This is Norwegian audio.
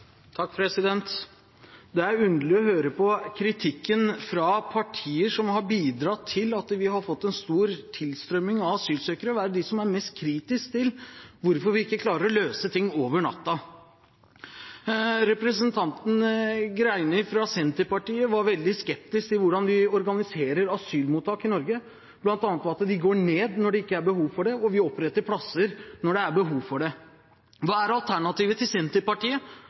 Det er underlig å høre på kritikken fra partier som har bidratt til at vi har fått en stor tilstrømming av asylsøkere – at det er de som er mest kritisk til hvorfor vi ikke klarer å løse ting over natten. Representanten Greni fra Senterpartiet var veldig skeptisk til hvordan vi organiserer asylmottak i Norge, bl.a. ved at de bygges ned når det ikke er behov for dem, og vi oppretter plasser når det er behov for det. Hva er alternativet for Senterpartiet